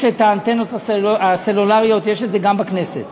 יש הלוחות הסולריים, יש גם בכנסת,